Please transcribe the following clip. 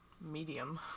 medium